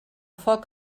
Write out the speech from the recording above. foc